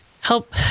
help